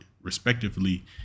respectively